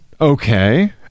okay